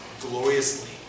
gloriously